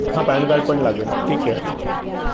हां PAN card पण लागेल ठीक आहे